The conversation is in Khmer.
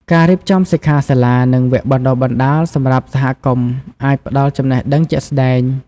ការរៀបចំសិក្ខាសាលា និងវគ្គបណ្ដុះបណ្ដាលសម្រាប់សហគមន៍ អាចផ្តល់ចំណេះដឹងជាក់ស្តែង។